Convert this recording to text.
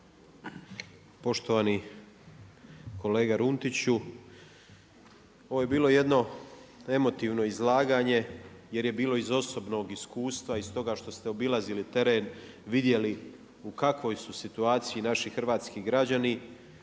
Poštovani kolega Runtiću, ovo je bilo jedno emotivno izlaganje jer je bilo iz osobnog iskustva, iz toga što ste obilazili teren, vidjeli u kakvoj su situaciji naši hrvatski građani.